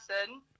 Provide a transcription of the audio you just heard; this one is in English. person